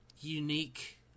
unique